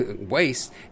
waste